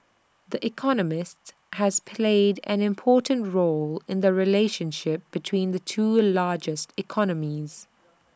the economist has played an important role in the relationship between the two largest economies